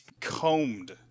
combed